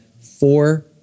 four